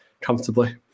comfortably